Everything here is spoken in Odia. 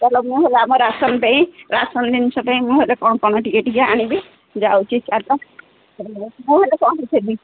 ଚାଲ ମୁଁ ହେଲେ ଆମ ରାସନ୍ ପାଇଁ ରାସନ୍ ଜିନିଷ ପାଇଁ ମୁଁ ହେଲେ କ'ଣ କ'ଣ ଟିକେ ଟିକେ ଆଣିବି ଯାଉଛି ଚାଲ ମୁଁ ହେଲେ ପହଞ୍ଚିବି